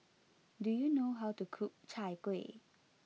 do you know how to cook Chai Kueh